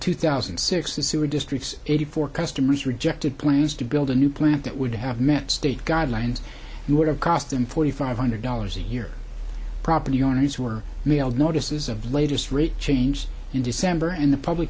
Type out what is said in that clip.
two thousand and six the sewer districts eighty four customers rejected plans to build a new plant that would have met state guidelines you would have cost them forty five hundred dollars a year property owners were mailed notices of latest rate change in december and the public